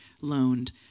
loaned